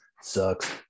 sucks